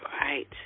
Right